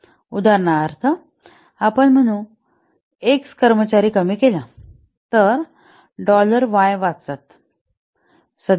उदाहरणार्थ आपण म्हणू एक्स कर्मचारी कमी केला तर डॉलर वाय वाचतात